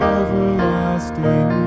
everlasting